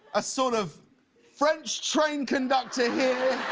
a sort of french trained conductor here,